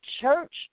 church